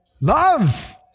Love